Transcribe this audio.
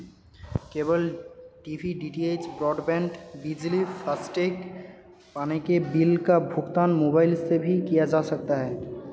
cable TV DTH, broadband, बिजली, FASTag, पानी के बिल का भुगतान मोबाइल से भी किया जा सकता है